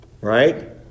Right